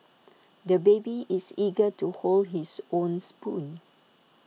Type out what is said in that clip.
the baby is eager to hold his own spoon